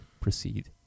proceed